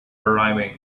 arriving